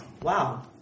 Wow